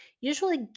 usually